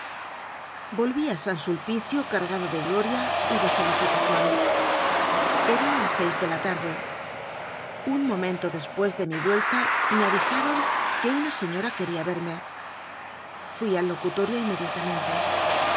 a san sulpicio cargado de gloria anon y de felicitaciones eran las seis de la tarde un momento después de mi vuelta me avisaron queuna señora quería verme fui al locutorio